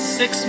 six